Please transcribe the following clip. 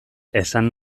esan